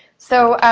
so,